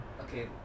okay